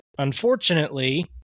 Unfortunately